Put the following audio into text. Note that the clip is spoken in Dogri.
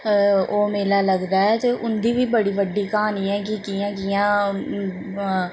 ओह् मेला लगदा ऐ ते उं'दी बी बड़ी बड्डी क्हानी ऐ कि कि'यां कि'यां